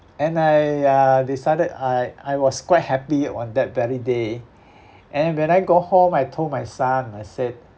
and I uh decided I I was quite happy on that very day and when I go home I told my son I said